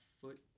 foot